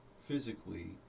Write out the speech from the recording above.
physically